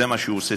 זה מה שהוא עושה,